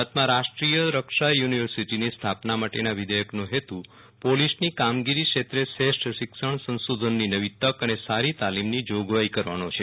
ગુજરાતમાં રાષ્ટ્રીય રક્ષા યુ નિવર્સિટીની સ્થાપના માટેના વિઘેયકનો હેતુ પોલીસની કામગીરી ક્ષેત્રે શ્રેષ્ઠ શિક્ષણ સંશોધનની નવી તક અને સારી તાલીમી જોગવાઈ કરવાનો છે